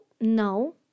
no